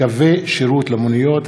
(קווי שירות למוניות),